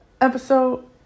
episode